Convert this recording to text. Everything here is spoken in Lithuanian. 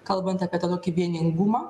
kalbant apie tą tokį vieningumą